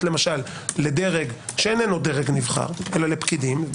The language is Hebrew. למשל לדרג שאינו דרג נבחר אלא לפקידים,